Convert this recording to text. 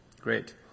Great